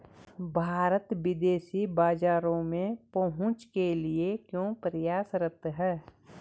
भारत विदेशी बाजारों में पहुंच के लिए क्यों प्रयासरत है?